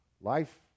Life